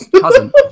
cousin